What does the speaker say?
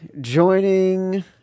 joining